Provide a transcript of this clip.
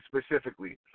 specifically